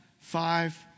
five